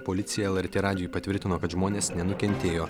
policija lrt radijui patvirtino kad žmonės nenukentėjo